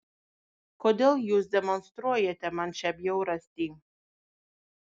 kodėl jūs demonstruojate man šią bjaurastį